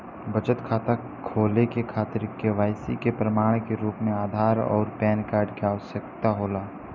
बचत खाता खोले के खातिर केवाइसी के प्रमाण के रूप में आधार आउर पैन कार्ड के आवश्यकता होला